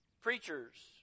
preachers